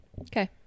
okay